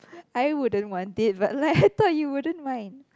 I wouldn't want it but like I thought you wouldn't mind